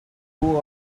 who